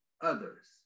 others